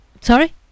sorry